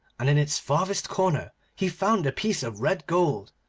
and in its farthest corner he found the piece of red gold.